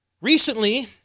Recently